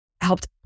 helped